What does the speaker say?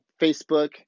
Facebook